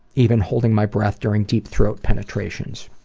even holding my breath during deep throat penetrations.